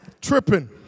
tripping